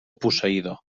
posseïdor